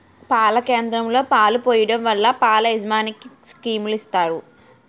పాల కేంద్రంలో పాలు పోయడం వల్ల పాల యాజమనికి స్కీములు ఇత్తారు